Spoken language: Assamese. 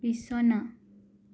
বিছনা